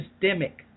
systemic